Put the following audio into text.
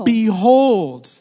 behold